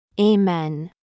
Amen